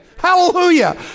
Hallelujah